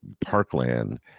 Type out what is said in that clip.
parkland